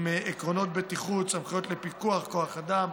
עם עקרונות בטיחות, סמכויות לפיקוח, כוח אדם,